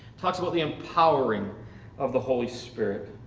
talks about the empowering of the holy spirit,